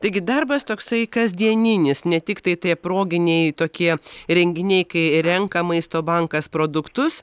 taigi darbas toksai kasdieninis ne tiktai tai proginiai tokie renginiai kai renka maisto bankas produktus